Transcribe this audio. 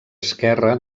esquerre